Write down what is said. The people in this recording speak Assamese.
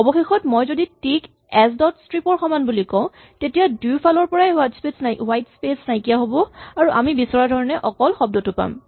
অৱশেষত মই যদি টি ক এচ ডট স্ট্ৰিপ ৰ সমান বুলি কওঁ তেতিয়া দুয়োফালৰ হুৱাইট স্পেচ নাইকিয়া হ'ব আৰু আমি বিচৰা ধৰণে অকল শব্দটো পাম